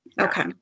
Okay